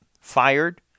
fired